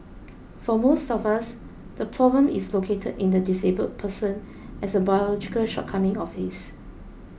for most of us the problem is located in the disabled person as a biological shortcoming of his